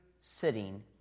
sitting